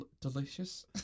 delicious